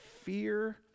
fear